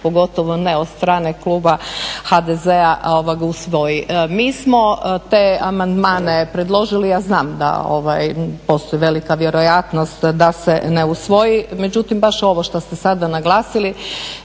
pogotovo ne od strane kluba HDZ-a usvoji. Mi smo te amandmane predložili, ja znam da postoji velika vjerojatnost da se ne usvoji, međutim baš ovo što ste sada naglasili,